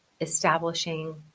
establishing